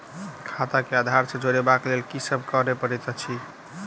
खाता केँ आधार सँ जोड़ेबाक लेल की सब करै पड़तै अछि?